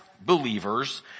believers